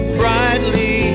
brightly